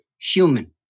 human